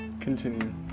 Continue